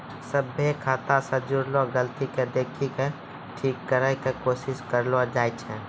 सभ्भे खाता से जुड़लो गलती के देखि के ठीक करै के कोशिश करलो जाय छै